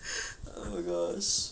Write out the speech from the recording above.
oh my gosh